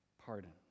pardon